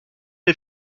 est